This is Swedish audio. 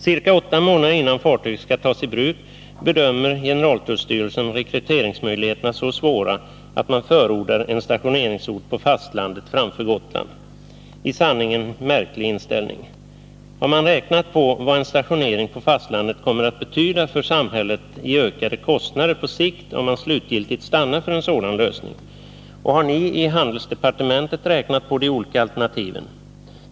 Ca åtta månader innan fartyget skall tas i bruk bedömer generaltullstyrelsen rekryteringsmöjligheterna som så svåra att man förordar en stationeringsort på fastlandet framför Gotland. Det är i sanning en märklig inställning! Har man räknat på vad en stationering på fastlandet kommer att betyda för samhället i ökade kostnader på sikt, om man slutgiltigt stannar för en sådan lösning? Har ni i handelsdepartementet räknat på de olika alternativen?